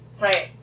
Right